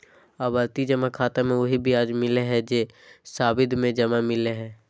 आवर्ती जमा खाता मे उहे ब्याज मिलय हइ जे सावधि जमा में मिलय हइ